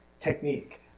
technique